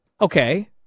okay